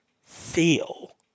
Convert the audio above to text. Feel